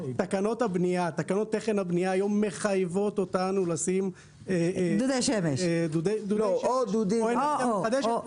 תקנות תכן הבנייה היום מחייבות אותנו לשים דודי שמש או אנרגיה מתחדשת.